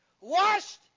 Washed